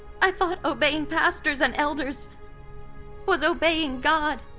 i thought obeying pastors and elders was obeying god.